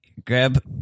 Grab